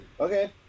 Okay